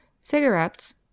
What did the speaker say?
Cigarettes